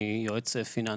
בהשכלתי אני יועץ פיננסי.